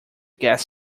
gas